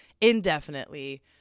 indefinitely